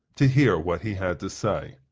to hear what he had to say.